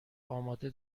آماده